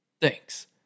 Thanks